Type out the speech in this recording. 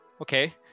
okay